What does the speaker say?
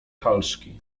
halszki